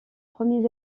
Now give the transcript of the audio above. premiers